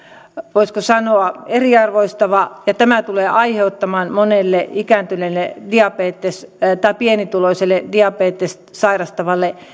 voisiko sanoa eriarvoistava ja tämä tulee aiheuttamaan monelle ikääntyneelle tai pienituloiselle diabetesta sairastavalle